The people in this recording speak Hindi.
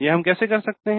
यह हम कैसे कर सकते है